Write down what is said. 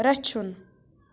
رَچھُن